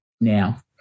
now